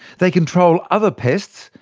they control other pests,